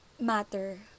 matter